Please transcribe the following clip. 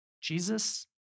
Jesus